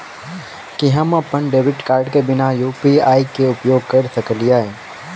की हम अप्पन debit card केँ बिना यु.पी.आई केँ उपयोग करऽ सकलिये?